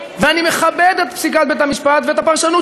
ואני מכבד את פסיקת בית-המשפט ואת הפרשנות